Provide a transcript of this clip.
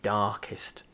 darkest